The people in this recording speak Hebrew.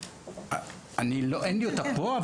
אין לי אותה פה,